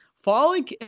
falling